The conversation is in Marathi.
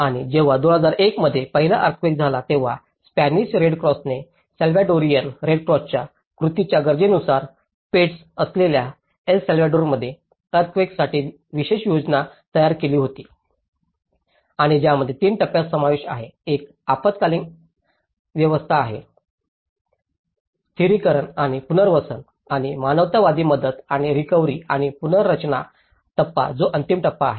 आणि जेव्हा 2001 मध्ये पहिला अर्थक्वेक झाला तेव्हा स्पॅनिश रेडक्रॉसने साल्वाडोरियन रेडक्रॉसच्या कृतीच्या योजनेनुसार पेट्स असलेल्या एल साल्वाडोरमध्ये अर्थक्वेकंसाठी विशेष योजना तयार केली होती आणि त्यामध्ये तीन टप्प्यांचा समावेश आहे एक आपत्कालीन अवस्था आहे स्थिरीकरण आणि पुनर्वसन आणि मानवतावादी मदत आणि रिकव्हरी आणि पुनर्रचना टप्पा जो अंतिम टप्पा आहे